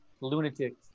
lunatics